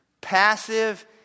passive